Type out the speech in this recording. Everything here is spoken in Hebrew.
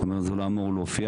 הוא אומר זה לא אמור להופיע,